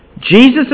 Jesus